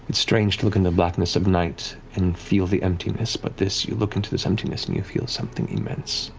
and strange to look in the blackness of night and feel the emptiness, but this, you look into this emptiness and you feel something immense.